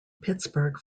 pittsburgh